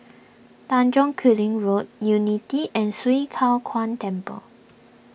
Tanjong Kling Road Unity and Swee Kow Kuan Temple